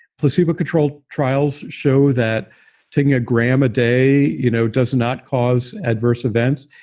placebo control trials show that taking a gram a day you know does not cause adverse events.